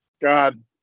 God